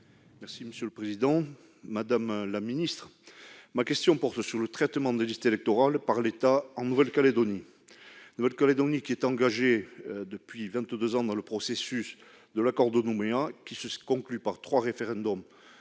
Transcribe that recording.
Mme la ministre des outre-mer. Madame la ministre, ma question porte sur le traitement des listes électorales par l'État en Nouvelle-Calédonie. La Nouvelle-Calédonie est engagée depuis vingt-deux ans dans le processus de l'accord de Nouméa, qui se conclut par trois référendums